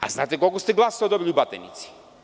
Da li znate koliko ste glasova dobili u Batajnici?